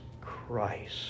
Christ